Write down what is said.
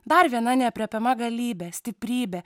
dar viena neaprėpiama galybė stiprybė